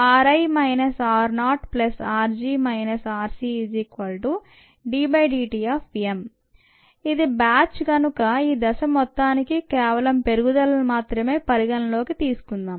ri rorg rcddt ఇది batch కనుక ఈ దశ మొత్తానికి కేవలం పెరుగుదలను మాత్రమే పరిగణనలోకి తీసుకుందాం